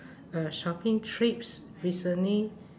uh shopping trips recently